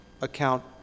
account